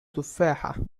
تفاحة